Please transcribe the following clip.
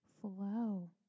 flow